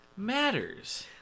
Matters